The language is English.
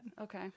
Okay